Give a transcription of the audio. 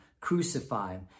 crucified